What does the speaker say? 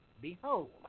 Behold